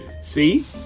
See